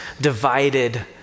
divided